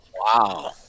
Wow